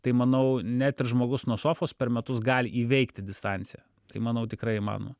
tai manau net ir žmogus nuo sofos per metus gali įveikti distanciją tai manau tikrai įmanoma